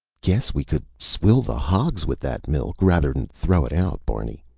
guess we could swill the hogs with that milk, rather'n throw it out, barney.